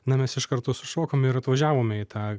na mes iš karto sušokom ir atvažiavome į tą